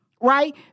right